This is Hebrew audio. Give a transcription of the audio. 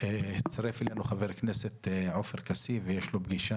הצטרף אלינו חבר הכנסת עופר כסיף ויש לו פגישה,